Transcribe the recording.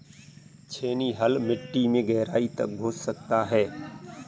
छेनी हल मिट्टी में गहराई तक घुस सकता है